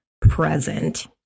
present